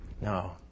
No